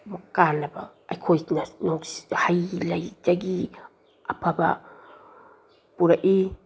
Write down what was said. ꯀꯥꯟꯅꯕ ꯑꯩꯈꯣꯏꯅ ꯍꯩ ꯂꯩꯗꯒꯤ ꯑꯐꯕ ꯄꯨꯔꯛꯏ